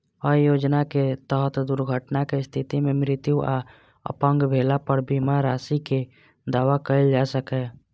अय योजनाक तहत दुर्घटनाक स्थिति मे मृत्यु आ अपंग भेला पर बीमा राशिक दावा कैल जा सकैए